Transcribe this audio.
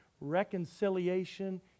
Reconciliation